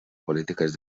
polítiques